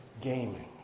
gaming